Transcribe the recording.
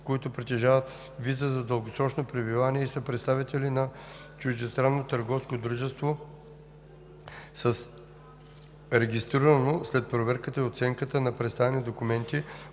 които притежават виза за дългосрочно пребиваване и са представители на чуждестранно търговско дружество с регистрирано, след проверка и оценка на представени документи,